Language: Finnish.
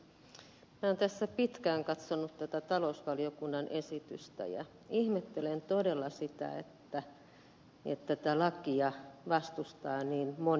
minä olen tässä pitkään katsonut tätä talousvaliokunnan esitystä ja ihmettelen todella sitä että tätä lakia vastustaa niin moni ihminen